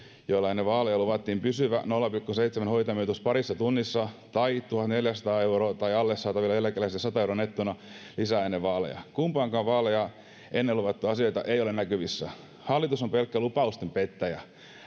luvattiin ennen vaaleja pysyvä nolla pilkku seitsemän hoitajamitoitus parissa tunnissa tai tuhatneljäsataa euroa tai alle saaville eläkeläisille sata euroa nettona lisää kumpaakaan ennen vaaleja luvattua asiaa ei ole näkyvissä hallitus on pelkkä lupausten pettäjä